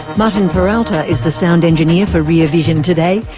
martin peralta is the sound engineer for rear vision today.